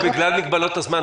בגלל מגבלות הזמן,